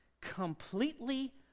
completely